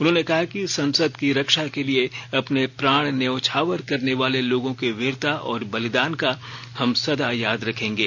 उन्होंने कहा कि संसद की रक्षा के लिए अपने प्राण न्यौछावर करने वाले लोगों की वीरता और बलिदान का हम सदा याद रखेंगे